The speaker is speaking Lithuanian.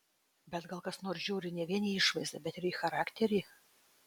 bet gal kas nors žiūri ne vien į išvaizdą bet ir į charakterį